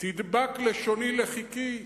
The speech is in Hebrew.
"תדבק לשוני לחכי"